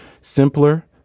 Simpler